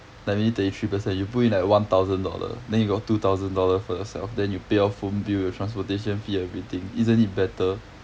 I mean thirty three percent you put in like one thousand dollar then you got two thousand dollar for yourself then you pay your phone bill your transportation fee everything isn't it better